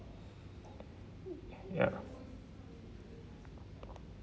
ya